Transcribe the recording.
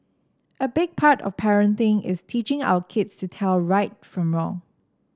a big part of parenting is teaching our kids to tell right from wrong